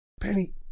Penny